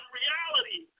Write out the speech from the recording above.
reality